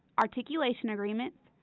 articulation agreements,